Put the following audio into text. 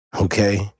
okay